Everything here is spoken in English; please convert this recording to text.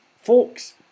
Folks